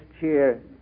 cheer